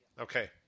Okay